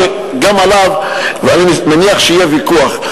שאני מניח שגם עליו יהיה ויכוח.